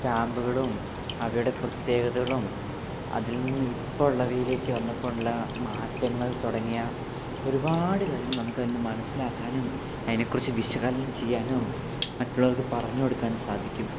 സ്റ്റാമ്പുകളും അവയുടെ പ്രത്യേകതകളും അതിൽ നിന്ന് ഇപ്പോഴുള്ളവയിലേക്ക് വന്നപ്പോൾ ഉള്ള മാറ്റങ്ങൾ തുടങ്ങിയ ഒരുപാട് കാര്യങ്ങൾ നമുക്കതിൽ നിന്ന് മനസ്സിലാക്കാനും അതിനെക്കുറിച്ച് വിശകലനം ചെയ്യാനും മറ്റുള്ളവർക്ക് പറഞ്ഞ് കൊടുക്കാനും സാധിക്കും